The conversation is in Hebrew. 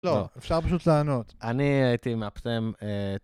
לא, אפשר פשוט לענות. אני הייתי מאפטם, אה...